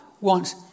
wants